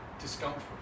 discomfort